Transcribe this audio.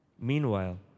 Meanwhile